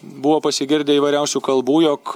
buvo pasigirdę įvairiausių kalbų jog